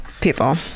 People